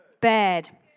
bad